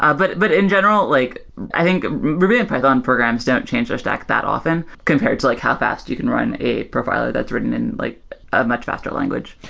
ah but but in general, like i think ruby and python programs don't change the stack that often compared to like how fast you can run a profiler that's written in like a much faster language.